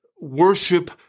worship